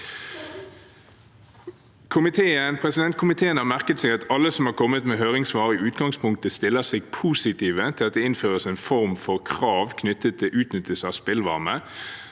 Komiteen har merket seg at alle som har kommet med høringssvar, i utgangspunktet stiller seg positiv til at det innføres en form for krav knyttet til utnyttelse av spillvarme.